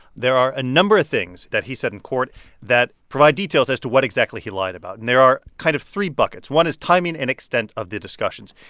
there are a number of things that he said in court that provide details as to what exactly he lied about. and there are kind of three buckets. one is timing and extent of the discussions.